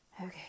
Okay